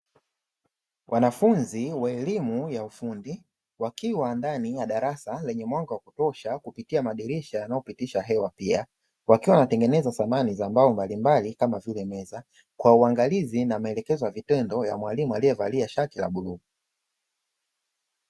Wanafunzi wa elimu ya ufundi, wakiwa ndani ya darasa lenye mwanga wa kutosha kupitia madirisha yanayopitisha hewa pia, wakiwa wanatengeneza samani za mbao mbalimbali kama vile meza, kwa ungalizi na maelekezo ya vitendo ya mwalimu aliyevalia shati la bluu.